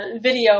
video